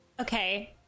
Okay